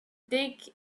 dig